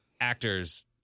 actors